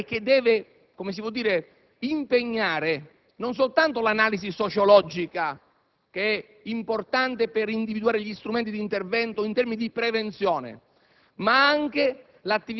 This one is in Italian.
che deve interrogare e impegnare non soltanto l'analisi sociologica, importante per individuare gli strumenti di intervento in termini di prevenzione,